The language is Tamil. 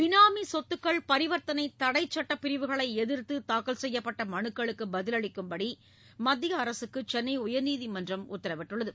பினாமி சொத்துக்கள் பரிவர்த்தனை தடைச்சுட்டப்பிரிவுகளை எதிர்த்து தாக்கல் செய்யப்பட்ட மனுக்களுக்கு பதிலளிக்கும்படி மத்திய அரசுக்கு சென்னை உயர்நீதிமன்றம் உத்தரவிட்டுள்ளது